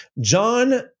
John